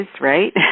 right